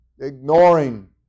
Ignoring